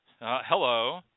Hello